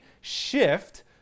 shift